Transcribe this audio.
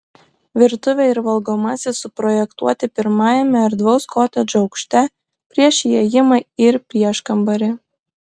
virtuvė ir valgomasis suprojektuoti pirmajame erdvaus kotedžo aukšte prieš įėjimą ir prieškambarį